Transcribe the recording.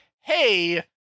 Hey